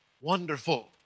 Wonderful